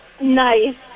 Nice